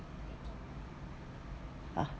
uh